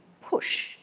push